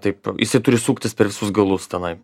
taip jisai turi suktis per visus galus tenai